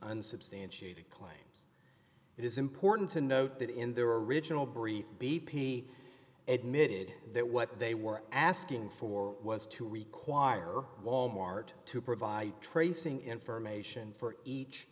unsubstantiated claim it is important to note that in their original brief b p admitted that what they were asking for was to require wal mart to provide tracing information for each